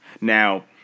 Now